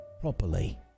properly